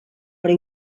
però